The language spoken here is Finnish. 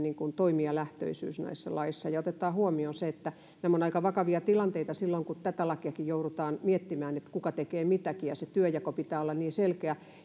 toimijalähtöisyys näissä laeissa ja otetaan huomioon että nämä ovat aika vakavia tilanteita silloin kun tätä lakiakin joudutaan miettimään että kuka tekee mitäkin ja sen työnjaon pitää olla niin selkeä